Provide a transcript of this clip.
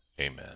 Amen